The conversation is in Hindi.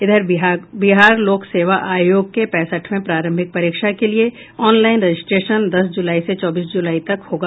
इधर बिहार लोक सेवा आयोग के पैंसठवें प्रारंभिक परीक्षा के लिए ऑनलाईन रजिस्ट्रेशन दस जुलाई से चौबीस जुलाई तक होगा